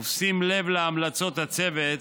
ובשים לב להמלצות הצוות,